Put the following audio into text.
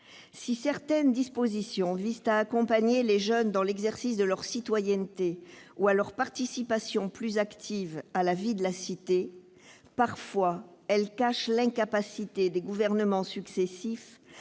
Si certaines dispositions visent à accompagner les jeunes dans l'exercice de leur citoyenneté ou à encourager leur participation plus active à la vie de la cité, elles cachent parfois l'incapacité des gouvernements successifs